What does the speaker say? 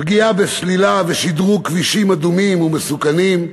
פגיעה בסלילה ושדרוג כבישים אדומים ומסוכנים,